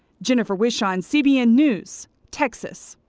jennifer wishon, cbn news, texas.